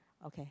okay